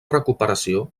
recuperació